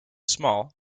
small